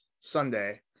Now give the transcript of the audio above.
Sunday